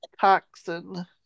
Toxin